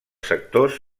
sectors